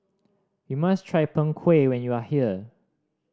you must try Png Kueh when you are here